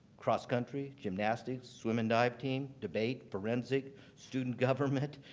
cross-country, gymnastics, swim and dive team, debate, forensic, student government,